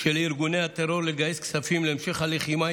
של ארגוני הטרור לגייס כספים להמשך הלחימה,